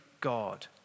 God